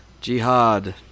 Jihad